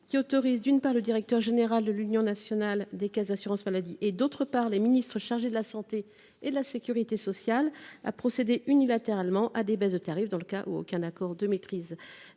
autorisant le directeur général de l’Union nationale des caisses d’assurance maladie, d’une part, et les ministres chargés de la santé et de la sécurité sociale, d’autre part, à procéder unilatéralement à des baisses de tarif dans le cas où aucun accord de maîtrise